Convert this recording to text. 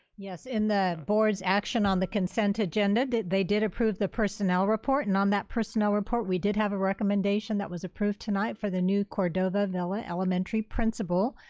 yes, in the board's action on the consent agenda, they did approve the personnel report and on that personnel report we did have a recommendation that was approved tonight for the new cordova villa elementary principal,